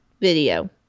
video